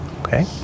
Okay